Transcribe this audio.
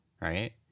right